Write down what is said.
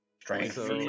Strength